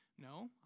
no